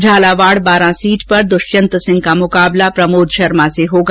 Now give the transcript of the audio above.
Jhalawar Baran seat पर दुष्यंत सिंह का मुकाबला प्रमोद शर्मा से होगा